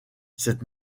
cette